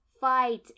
fight